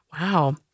wow